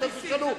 ואתם תשאלו.